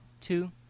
two